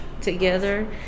together